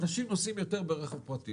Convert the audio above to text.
אנשים נוסעים יותר ברכב פרטי,